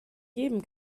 jedem